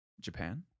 Japan